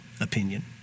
opinion